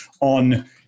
on